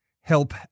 help